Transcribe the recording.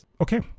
okay